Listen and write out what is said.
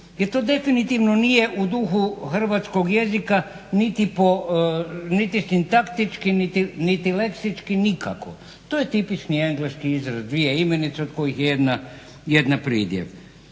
jer to definitivno nije u duhu hrvatskog jezika niti sintaktički niti leksički, nikako. To je tipični engleski izraz, dvije imenice od kojih je jedna pridjev.